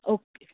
okay